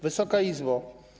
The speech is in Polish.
Wysoka Izbo!